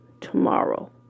tomorrow